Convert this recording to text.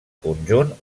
conjunt